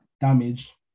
damage